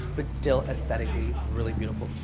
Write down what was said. but still aesthetically really beautiful.